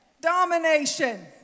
Domination